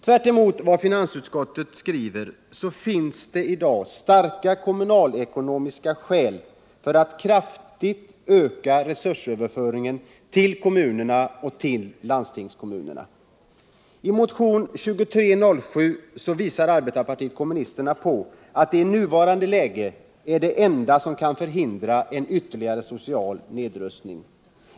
Tvärtemot vad finansutskottet skriver, så finns det i dag starka kommunalekonomiska skäl för en kraftigt ökad resursöverföring till kommunerna och landstingskommunerna. I motionen 2307 visar arbetarpartiet kommunisterna på att detta i nuvarande läge är det enda som kan förhindra en ytterligare social nedrustning.